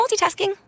multitasking